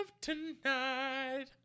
tonight